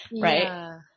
right